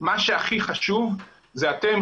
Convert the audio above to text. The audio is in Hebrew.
מה שהכי חשוב זה אתם,